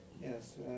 yes